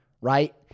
right